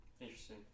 Interesting